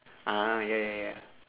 ah ya ya ya